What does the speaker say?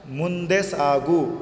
ಮುಂದೆ ಸಾಗು